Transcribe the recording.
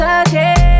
again